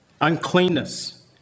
uncleanness